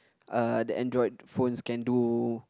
uh the Android phones can do